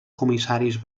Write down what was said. comissaris